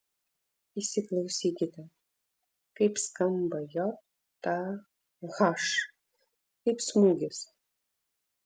įsiklausykite kaip skamba j a h kaip smūgis